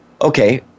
okay